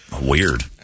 weird